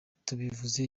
tubivuze